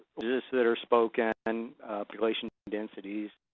that are spoken, and population densities,